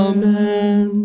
Amen